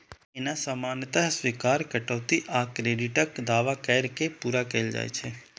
एना सामान्यतः स्वीकार्य कटौती आ क्रेडिटक दावा कैर के पूरा कैल जाइ छै